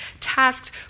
tasked